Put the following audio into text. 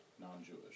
non-Jewish